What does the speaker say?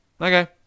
okay